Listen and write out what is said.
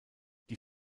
die